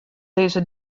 dizze